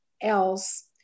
else